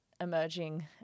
emerging